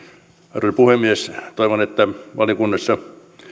arvoisa puhemies toivon että valiokunnassa